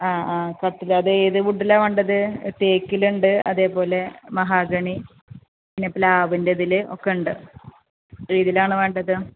ആ ആ കട്ടിൽ അത് ഏത് വുഡിലാണ് വേണ്ടത് തേക്കിൽ ഉണ്ട് അതേപോലെ മഹാഗണി പിന്നെ പ്ലാവിൻ്റെ ഇതിൽ ഒക്കെ ഉണ്ട് അപ്പം ഏതിലാണ് വേണ്ടത്